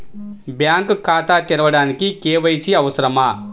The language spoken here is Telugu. బ్యాంక్ ఖాతా తెరవడానికి కే.వై.సి అవసరమా?